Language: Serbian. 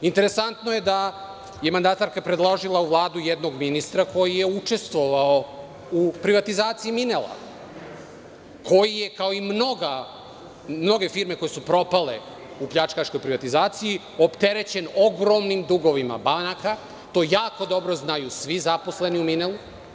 Interesantno je da mandatarka predložila u Vladu jednog ministra koji je učestvovao u privatizaciji „Minela“ koji je kao i mnoge firme koje su propale u pljačkaškoj privatizaciji opterećen ogromnim dugovima banaka, to jako dobro znaju svi zaposleni u „Minelu“